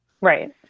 Right